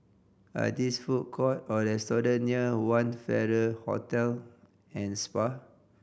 are these food court or restaurant near One Farrer Hotel and Spa